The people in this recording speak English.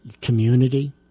community